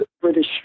British